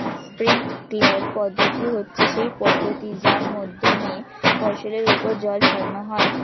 sprinkler পদ্ধতি হচ্ছে সেই পদ্ধতি যার মাধ্যমে ফসলের ওপর জল ছড়ানো হয়